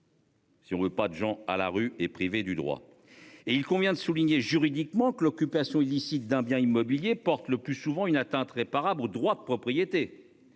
Si on veut pas de gens à la rue et privé du droit et il convient de souligner juridiquement que l'occupation illicite d'un bien immobilier portent le plus souvent une atteinte réparable droit de propriété.